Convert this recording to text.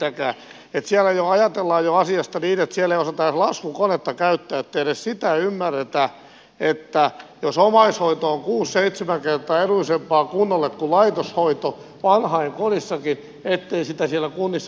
että siellä ajatellaan asiasta jo niin että siellä ei osata edes laskukonetta käyttää että ei edes sitä ymmärretä että jos omaishoito on kuusi seitsemän kertaa edullisempaa kunnalle kuin laitoshoito vanhainkodissakin ettei sitä siellä kunnissa osattaisi tehdä